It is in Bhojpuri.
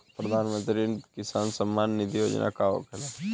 प्रधानमंत्री किसान सम्मान निधि योजना का होखेला?